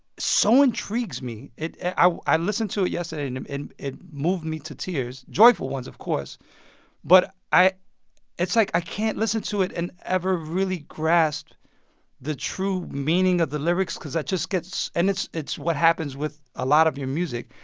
so intrigues me. it i i listened to it yesterday, and um it it moved me to tears joyful ones, of course but i it's like i can't listen to it and ever really grasp the true meaning of the lyrics because that just gets and it's it's what happens with a lot of your music.